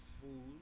food